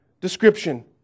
description